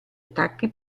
attacchi